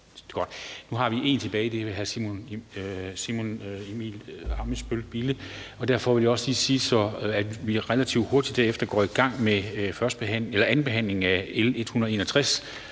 bemærkning tilbage, og det er fra hr. Simon Emil Ammitzbøll-Bille. Derfor vil jeg også sige, at vi relativt hurtigt derefter går i gang med andenbehandlingen af L 161.